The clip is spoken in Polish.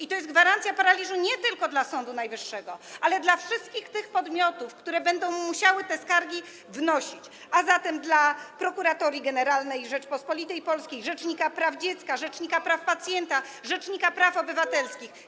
Jest to gwarancja paraliżu nie tylko dla Sądu Najwyższego, ale dla wszystkich tych podmiotów, które będą musiały te skargi wnosić, a zatem dla Prokuratorii Generalnej Rzeczypospolitej Polskiej, rzecznika praw dziecka, rzecznika praw pacjenta, rzecznika praw obywatelskich.